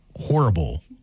horrible